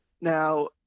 Now